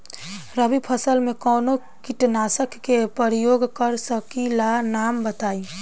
रबी फसल में कवनो कीटनाशक के परयोग कर सकी ला नाम बताईं?